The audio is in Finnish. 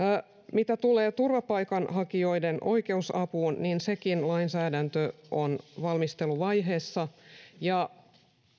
mitä tulee turvapaikanhakijoiden oikeusapuun niin sekin lainsäädäntö on valmisteluvaiheessa